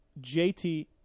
JT